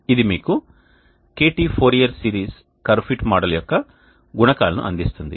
ఇది మీకు kt Fourier series curve fit model యొక్క గుణకాలను అందిస్తుంది